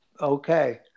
Okay